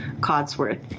Codsworth